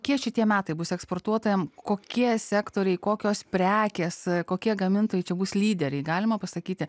kiek šitie metai bus eksportuotojams kokie sektoriai kokios prekės kokie gamintojai čia bus lyderiai galima pasakyti